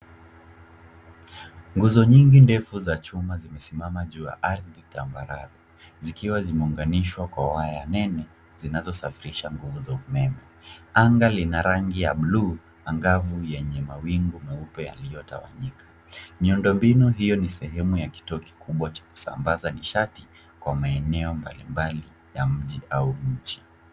Nguzo nyingi ndefu za chuma zimesimama juu ya ardhi tambarare zikiwa zimeunganishwa kwa waya nene zinazosafirisha kwa nguzo ya umeme. Anga lina rangi ya buluu angavu yenye mawingu meupe yaliyotawanyika. Miundo mbinu hiyo ni sehemu ya kituo kikubwa cha kusambaza nishati kwa maeneo mbalimbali ya mji au nchi.